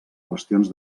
qüestions